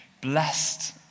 blessed